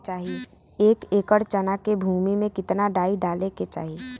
एक एकड़ चना के भूमि में कितना डाई डाले के चाही?